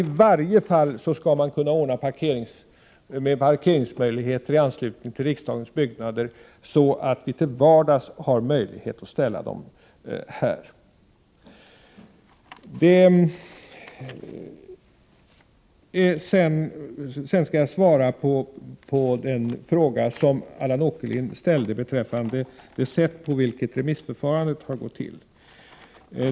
I varje fall skall man kunna ordna med parkeringsmöjligheter i anslutning till, riksdagens byggnader, så att vi till vardags har möjlighet att ställa bilarna här. Sedan skall jag svara på den fråga som Allan Åkerlind ställde om hur remissförfarandet har gått till.